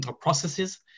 processes